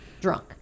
Drunk